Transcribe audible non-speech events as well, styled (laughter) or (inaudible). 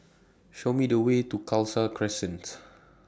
Show Me The Way to Khalsa Crescents (noise)